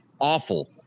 awful